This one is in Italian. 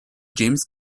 james